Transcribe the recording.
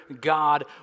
God